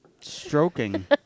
stroking